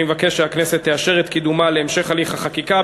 אני מבקש שהכנסת תאשר את קידומה להמשך הליך החקיקה.